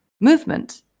Movement